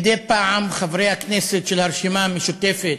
מדי פעם חברי הכנסת של הרשימה המשותפת,